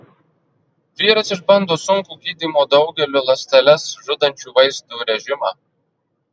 vyras išbando sunkų gydymo daugeliu ląsteles žudančių vaistų režimą